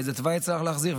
באיזה תוואי אפשר להחזיר,